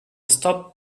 stop